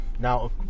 Now